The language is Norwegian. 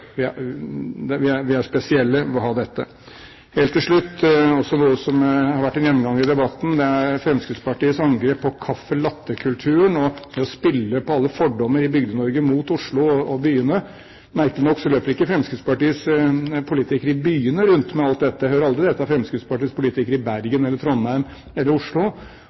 spesielle ved å ha dette. Helt til slutt noe som har vært en gjenganger i debatten, og det er Fremskrittspartiets angrep på caffè latte-kulturen og det å spille på alle fordommer i Bygde-Norge mot Oslo og byene. Merkelig nok løper ikke Fremskrittspartiets politikere i byene rundt med alt dette. Jeg hører aldri dette fra Fremskrittspartiets politikere i Bergen, Trondheim eller Oslo.